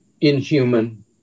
inhuman